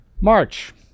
march